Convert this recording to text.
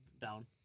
Down